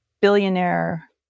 billionaire